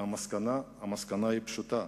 המסקנה היא פשוטה.